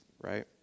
right